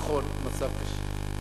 נכון, המצב קשה,